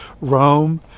Rome